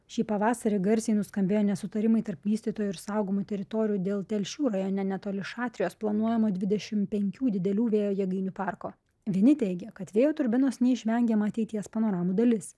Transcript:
šį pavasarį garsiai nuskambėjo nesutarimai tarp vystytojų ir saugomų teritorijų dėl telšių rajone netoli šatrijos planuojamo dvidešimt penkių didelių vėjo jėgainių parko vieni teigia kad vėjo turbinos neišvengiama ateities panoramų dalis